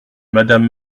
madame